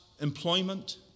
employment